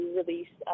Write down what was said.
release